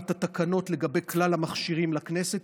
את התקנות לגבי כלל המכשירים לכנסת,